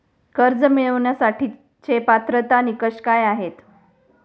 कर्ज मिळवण्यासाठीचे पात्रता निकष काय आहेत?